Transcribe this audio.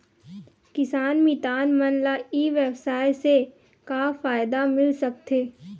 किसान मितान मन ला ई व्यवसाय से का फ़ायदा मिल सकथे?